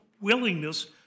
willingness